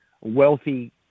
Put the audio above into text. wealthy